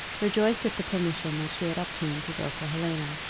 rejoiced at the permission that she had obtained to go for helena,